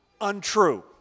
untrue